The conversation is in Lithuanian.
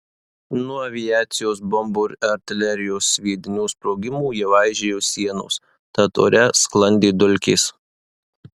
nuo aviacijos bombų ir artilerijos sviedinių sprogimų jau aižėjo sienos tad ore sklandė dulkės